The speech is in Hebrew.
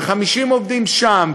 ו-50 עובדים שם,